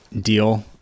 deal